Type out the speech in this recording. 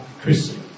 Chris